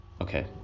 okay